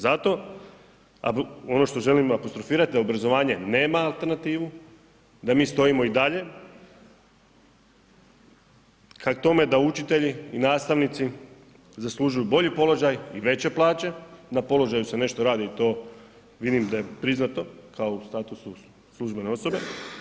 Zato, ono što želim apostrofirati da obrazovanje nema alternativu, da mi stojimo i dalje ka tome da učitelji i nastavnici zaslužuju bolji položaj i veće plaće, na položaju se nešto radi i to vidim da je priznato kao u statusu službene osobe.